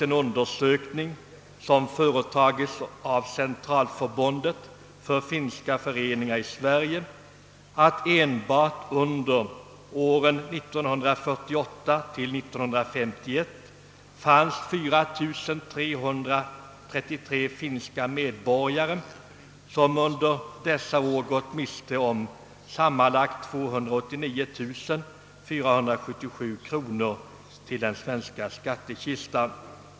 En undersökning som gjorts av Centralförbundet för finska föreningar i Sverige visar att enbart under åren 1948—1951 har 4333 finska medborgare mist sammanlagt 289477 kronor till den svenska skattekistan.